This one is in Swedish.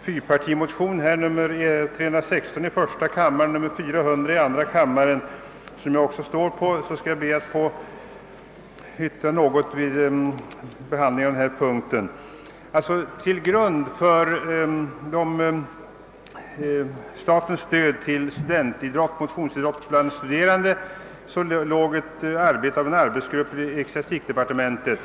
fyrpartimotionerna 1I1:316 och II: 400. Jag har själv varit med om att underteckna den senare. Till grund för statens stöd till motionsidrotten bland studerande har 1legat ett arbete som utförts av en arbetsgrupp inom ecklesiastikdepartementet.